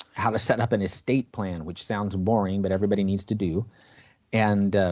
how to set up an estate plan which sounds boring but everybody needs to do and